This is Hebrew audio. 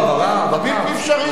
בלתי אפשרי.